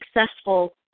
successful